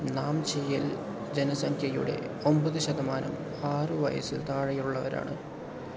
നാംചിയിൽ ജനസംഖ്യയുടെ ഒൻപത് ശതമാനം ആറു വയസ്സിൽ താഴെയുള്ളവരാണ്